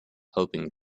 hoping